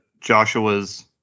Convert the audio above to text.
Joshua's